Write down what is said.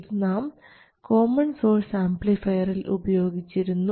ഇതു നാം common source ആംപ്ലിഫയറിൽ ഉപയോഗിച്ചിരുന്നു